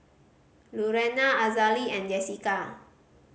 Lurena Azalee and Jessika